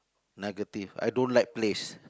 negative I don't like plays